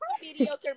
mediocre